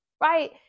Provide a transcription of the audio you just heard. right